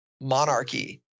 monarchy